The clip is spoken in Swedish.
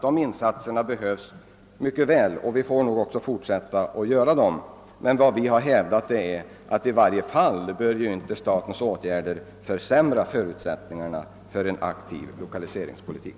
De insatserna har behövts, och vi får nog fortsätta med dem. Vi har emellertid samtidigt hävdat att statens åtgärder inte får utformas så att de minskar förutsättningarna för en aktiv lokaliseringspolitik.